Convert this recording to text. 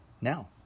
Now